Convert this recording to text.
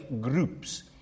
groups